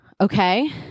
okay